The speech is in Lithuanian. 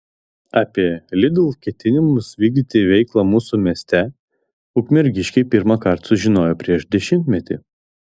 apie lidl ketinimus vykdyti veiklą mūsų mieste ukmergiškiai pirmą kartą sužinojo prieš dešimtmetį